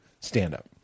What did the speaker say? stand-up